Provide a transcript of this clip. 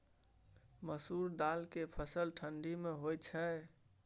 मसुरि दाल के फसल ठंडी मे होय छै?